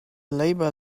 labor